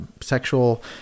sexual